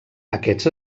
aquests